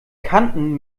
kanten